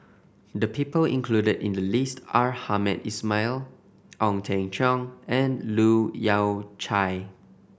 the people included in the list are Hamed Ismail Ong Teng Cheong and Leu Yew Chye